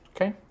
okay